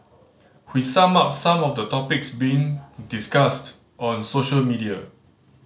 we sum up some of the topics being discussed on social media